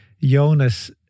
Jonas